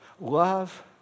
love